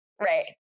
Right